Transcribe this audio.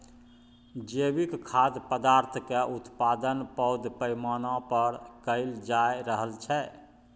जैविक खाद्य पदार्थक उत्पादन पैघ पैमाना पर कएल जा रहल छै